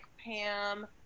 Pam